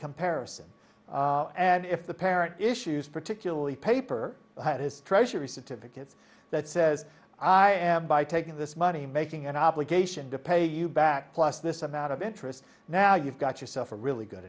comparison and if the parent issues particularly paper his treasury significance that says i am by taking this money making an obligation to pay you back plus this amount of interest now you've got yourself a really good